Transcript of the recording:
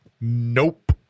nope